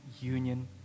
union